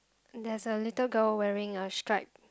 there's a little girl wearing a stripe